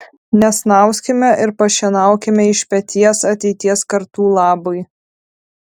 nesnauskime ir pašienaukime iš peties ateities kartų labui